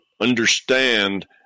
understand